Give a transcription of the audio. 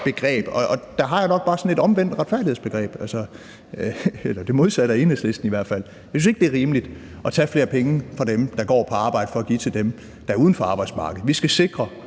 og der har jeg jo nok bare sådan et omvendt retfærdighedsbegreb – i hvert fald det modsatte af Enhedslistens. Jeg synes ikke, det er rimeligt at tage flere penge fra dem, der går på arbejde, for at give til dem, der er uden for arbejdsmarkedet. Vi skal sikre